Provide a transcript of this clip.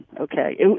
okay